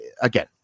again